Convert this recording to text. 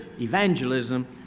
evangelism